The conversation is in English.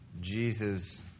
Jesus